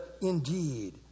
indeed